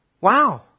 Wow